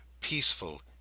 peaceful